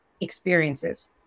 experiences